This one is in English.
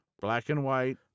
black-and-white